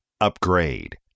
upgrade